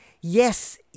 yes